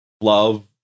love